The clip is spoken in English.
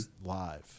live